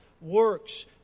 works